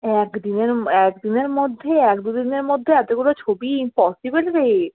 এক এক দিনের মধ্যে এক দু দিনের মধ্যে এতগুলো ছবি ইম্পসিবল রে